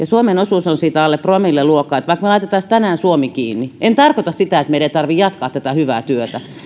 suomen osuus on siitä alle promillen luokkaa eli vaikka me laittaisimme tänään suomen kiinni en tarkoita sitä että meidän ei tarvitse jatkaa tätä hyvää työtä